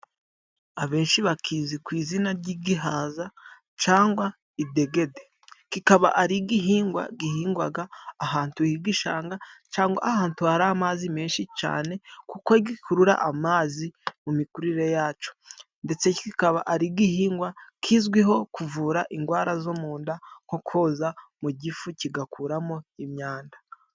Abenshi bakizi ku izina ry'igihaza cangwa idegede, kikaba ari igihingwa gihingwaga ahantu h'igishanga cangwa ahantu hari amazi menshi cane kuko gikurura amazi mu mikurire yaco ,ndetse kikaba ari igihingwa kizwiho kuvura ingwara zo mu nda nko koza mu gifu kigakuramo imyanda.